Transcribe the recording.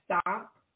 Stop